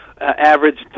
average